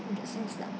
in that sense lah